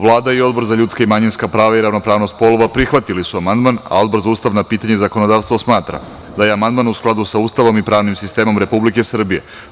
Vlada i Odbor za ljudska i manjinska prava i ravnopravnog polova prihvatili su amandman, a Odbor za ustavna pitanja i zakonodavstvo smatra da je amandman u skladu sa Ustavom i pravnim sistemom Republike Srbije.